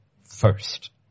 first